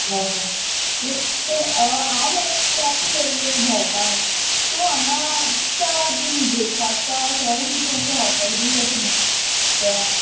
ह यें आंव मरे केंपे येयल्लें भोंवपाक सो हांगां चा बीन ब्रेकफास्टा खंय कितें अशें हॉटॅल बीन कशें